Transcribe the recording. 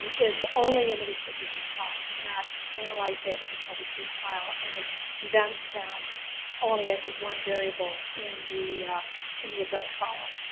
is only in the restricted use file, you cannot analyze that with the public use file and it's condensed down only i think one variable in the in the adult file.